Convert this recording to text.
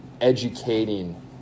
educating